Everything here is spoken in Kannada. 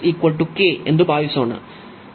ಈ ಮಿತಿ ಎಂದು ಭಾವಿಸೋಣ